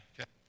okay